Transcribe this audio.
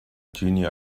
junior